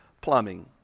Plumbing